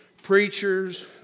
Preachers